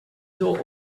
told